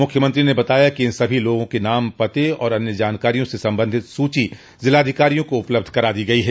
मुख्यमंत्री ने बताया कि इन सभी लोगों के नाम पते एवं अन्य जानकारियों से संबंधित सूची जिलाधिकारियों को उपलब्ध करा दी गई है